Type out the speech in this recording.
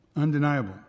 undeniable